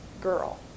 girl